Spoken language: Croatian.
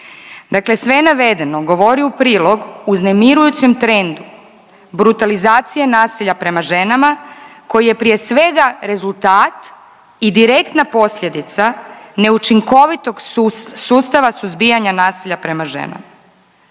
Dakle sve navedeno govori u prilog uznemirujućem trendu brutalizacije nasilja prema ženama koji je prije svega rezultat i direktna posljedica neučinkovitog sustava suzbijanja nasilja prema ženama.